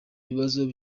bibazo